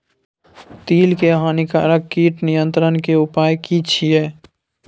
तिल के हानिकारक कीट नियंत्रण के उपाय की छिये?